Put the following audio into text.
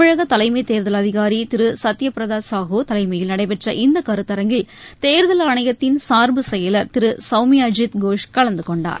தமிழக தலைமைத் தேர்தல் அதிகாரி திரு சத்யபிரத சாகு தலைமையில் நடைபெற்ற இக்கருத்தரங்கில் தேர்தல் ஆணையத்தின் சார்பு செயலர் திரு சௌமியாஜித் கோஷ் கலந்து கொண்டார்